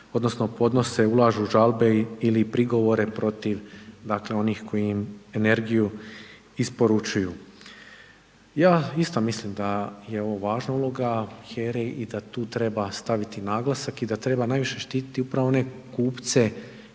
odnosno, podnose, ulažu žalbe ili prigovore protiv dakle, onih koji im energiju isporučuju. Ja isto mislim da je ovo važno ili da tu treba staviti naglasak i da treba najviše štiti upravo one kupce